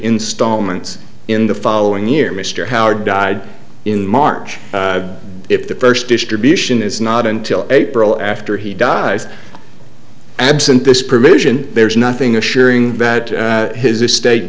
installments in the following year mr howard died in march if the first distribution is not until april after he dies absent this provision there's nothing assuring that his estate